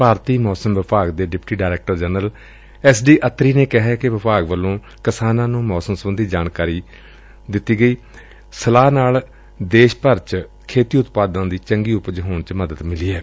ਭਾਰਤੀ ਮੌਸਮ ਵਿਭਾਗ ਦੇ deputy director general S D Attri ਨੇ ਕਿਹੈ ਕਿ ਵਿਭਾਗ ਵੱਲੋਂ ਕਿਸਾਨਾਂ ਨੂੰ ਮੌਸਮ ਸਬੰਧੀ ਜਾਰੀ ਕੀਤੀ ਗਈ ਸਲਾਹ ਨਾਲ ਦੇਸ਼ ਭਰ ਵਿਚ ਖੇਤੀ ਉਤਪਾਦਾਂ ਦੀ ਚੰਗੀ ਉਪਜ ਹੋਣ ਚ ਮਦਦ ਮਿਲੀ ਏ